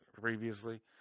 previously